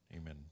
Amen